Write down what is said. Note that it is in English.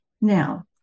Now